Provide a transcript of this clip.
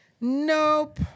Nope